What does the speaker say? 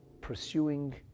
pursuing